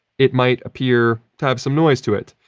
it might appear to have some noise to it.